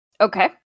Okay